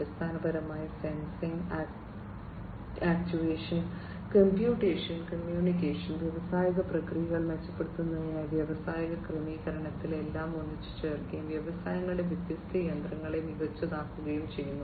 അടിസ്ഥാനപരമായി sensing actuation computation communication വ്യാവസായിക പ്രക്രിയകൾ മെച്ചപ്പെടുത്തുന്നതിനായി വ്യാവസായിക ക്രമീകരണത്തിൽ എല്ലാം ഒന്നിച്ചുചേർക്കുകയും വ്യവസായങ്ങളിലെ വ്യത്യസ്ത യന്ത്രങ്ങളെ മികച്ചതാക്കുകയും ചെയ്യുന്നു